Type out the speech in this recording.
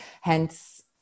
hence